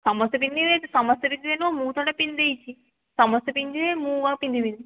ସମସ୍ତେ ପିନ୍ଧିବେ ସମସ୍ତେ ସମସ୍ତେ ପିନ୍ଧିବେ ନୁହଁ ମୁଁ ଥରଟେ ପିନ୍ଧି ଦେଇଛି ସମସ୍ତେ ପିନ୍ଧିବେ ମୁଁ ଆଉ ପିନ୍ଧିବିନି